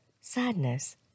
sadness